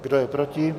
Kdo je proti?